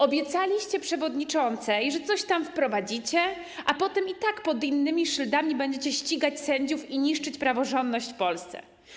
Obiecaliście przewodniczącej, że coś tam wprowadzicie, a potem i tak pod innymi szyldami będziecie ścigać sędziów i niszczyć praworządność w Polsce.